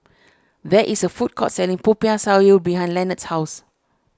there is a food court selling Popiah Sayur behind Lenard's house